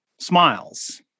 smiles